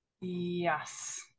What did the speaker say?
Yes